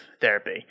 therapy